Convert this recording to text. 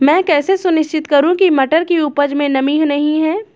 मैं कैसे सुनिश्चित करूँ की मटर की उपज में नमी नहीं है?